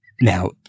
Now